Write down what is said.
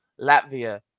Latvia